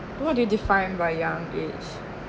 what do you define by young age